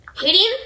Hitting